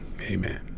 Amen